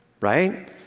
Right